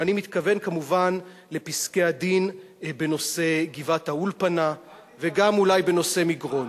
ואני מתכוון כמובן לפסקי-הדין בנושא גבעת-האולפנה וגם אולי בנושא מגרון.